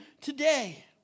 today